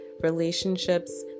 relationships